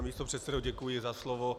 Pan místopředsedo, děkuji za slovo.